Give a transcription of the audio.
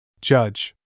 Judge